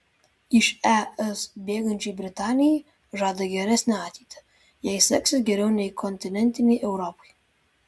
iš es bėgančiai britanijai žada geresnę ateitį jai seksis geriau nei kontinentinei europai